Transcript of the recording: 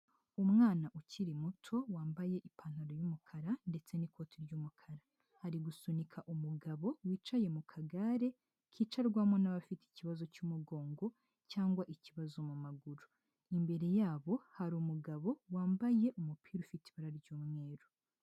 Umwana ukiri muto wambaye ipantaro y'umukara ndetse n'ikoti ry'umukara, ari gusunika umugabo wicaye mu kagare kicarwamo n'abafite ikibazo cy'umugongo cyangwa ikibazo mu maguru, imbere yabo hari umugabo wambaye umupira ufite ibara ry'umweru.